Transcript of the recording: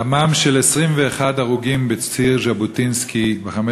דמם של 21 הרוגים בציר ז'בוטינסקי בחמש